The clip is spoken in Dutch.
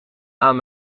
aan